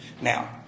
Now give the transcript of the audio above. Now